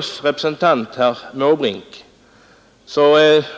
Vpk:s representant herr Måbrink